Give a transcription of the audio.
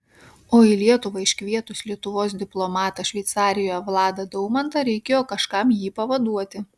o į lietuvą iškvietus lietuvos diplomatą šveicarijoje vladą daumantą reikėjo kažkam jį pavaduoti